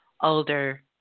older